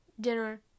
dinner